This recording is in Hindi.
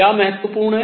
क्या महत्वपूर्ण है